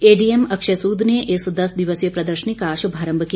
ADM Akshay Sood ने इस दस दिवसीय प्रदर्शनी का शुभारंभ किया